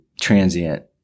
transient